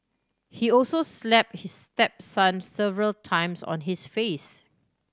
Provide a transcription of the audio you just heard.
he also slapped his stepson several times on his face